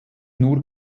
nur